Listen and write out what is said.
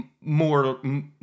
more